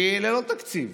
היא ללא תקציב,